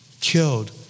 killed